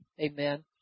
amen